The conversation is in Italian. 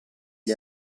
gli